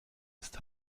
ist